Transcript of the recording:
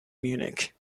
munich